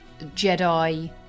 Jedi